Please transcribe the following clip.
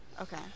Okay